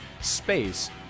space